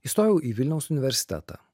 įstojau į vilniaus universitetą